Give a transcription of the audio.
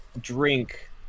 drink